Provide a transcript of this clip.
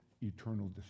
eternal